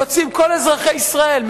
יוצאים כל אזרחי ישראל,